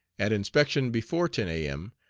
at inspection before ten a m.